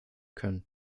können